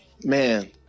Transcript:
Man